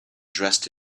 dressed